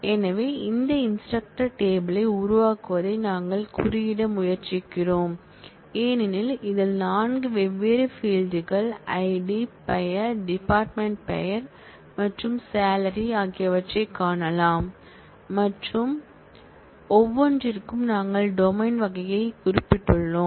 எனவே இந்த instructor table யை உருவாக்குவதை நாங்கள் குறியிட முயற்சிக்கிறோம் ஏனெனில் இது 4 வெவ்வேறு ஃபீல்ட் கள் ஐடி பெயர் டிபார்ட்மென்ட் பெயர் மற்றும் சாலரி ஆகியவற்றைக் காணலாம் மற்றும் ஒவ்வொன்றிற்கும் நாங்கள் டொமைன் வகையை குறிப்பிட்டுள்ளோம்